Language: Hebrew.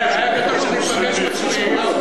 כן, היה כתוב שם שניפגש בשביעיות.